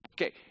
Okay